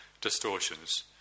distortions